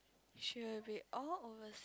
she will be all overs